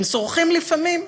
הם סורחים לפעמים,